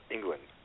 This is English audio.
England